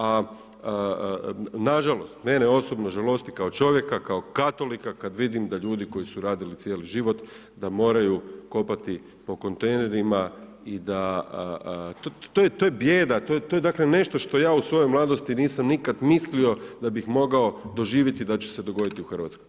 A nažalost, mene osobno žalosti kao čovjeka, kao katolika kad vidim da ljudi koji su radili cijeli život da moraju kopati po kontejnerima i da, to, to je bijeda, to je dakle nešto što ja u svojoj mladosti nisam nikada mislio da bih mogao doživjeti da će se dogoditi u Hrvatskoj.